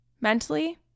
Mentally